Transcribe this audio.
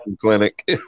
clinic